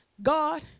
God